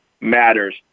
matters